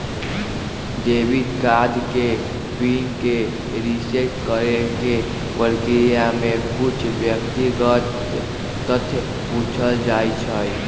debit card के PIN के reset करेके प्रक्रिया में कुछ व्यक्तिगत तथ्य पूछल जाइ छइ